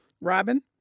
Robin